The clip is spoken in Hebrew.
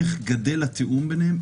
איך גדל התיאום ביניהן,